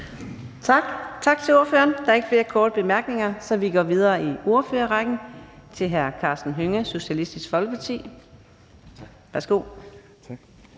Tak til ordføreren. Der er ikke flere korte bemærkninger, så vi går videre i ordførerrækken til hr. Steffen Larsen fra Liberal Alliance. Værsgo. Kl.